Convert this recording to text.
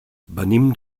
venim